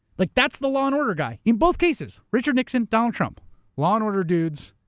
like that's the law and order guy in both cases, richard nixon, donald trump law and order dudes,